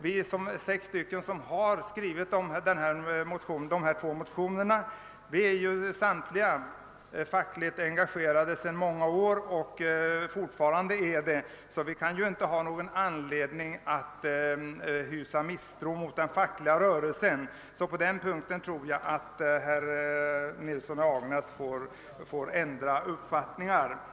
Vi sex ledamöter som har undertecknat dessa motioner är nämligen fackligt engage rade sedan många år och är det fortfarande och kan således inte ha någon anledning att hysa misstro mot den fackliga rörelsen. På den punkten tror jag herr Nilsson i Agnäs får ändra uppfattning.